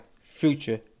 future